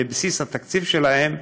מבסיס התקציב שלהן,